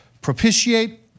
propitiate